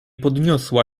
podniosła